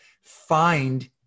find